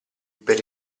per